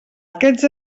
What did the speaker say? aquests